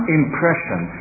impression